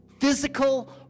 physical